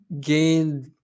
gained